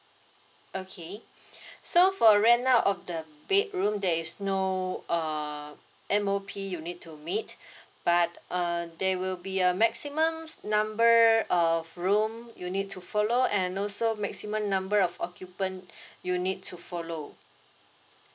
okay so for rent out of the bedroom there is no uh M_O_P you need to meet but err there will be a maximum number of room you need to follow and also maximum number of occupant you need to follow